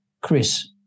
Chris